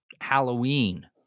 Halloween